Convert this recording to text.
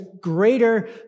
greater